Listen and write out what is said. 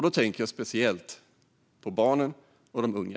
Då tänker jag särskilt på barnen och de unga.